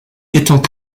étant